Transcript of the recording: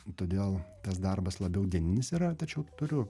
todėl tas darbas labiau dieninis yra tačiau turiu